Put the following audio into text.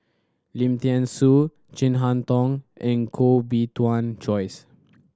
Lim Thean Soo Chin Harn Tong and Koh Bee Tuan Joyce